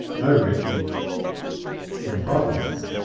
no refuge in providence.